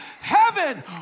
Heaven